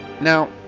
Now